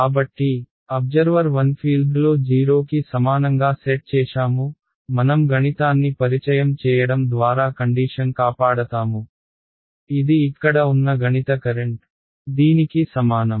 కాబట్టి అబ్జర్వర్ 1 ఫీల్డ్లో 0 కి సమానంగా సెట్ చేశాము మనం గణితాన్ని పరిచయం చేయడం ద్వారా కండీషన్ కాపాడతాము ఇది ఇక్కడ ఉన్న గణిత కరెంట్ దీనికి సమానం